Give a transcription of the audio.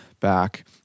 back